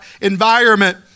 environment